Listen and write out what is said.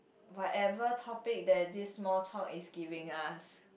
whatever topic that this small talk is giving us